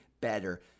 better